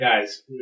Guys